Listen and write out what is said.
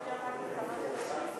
אדוני היושב-ראש,